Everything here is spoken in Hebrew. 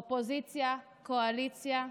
אופוזיציה, קואליציה,